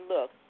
Look